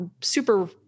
super